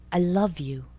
i love you.